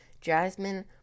jasmine